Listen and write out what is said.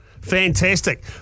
Fantastic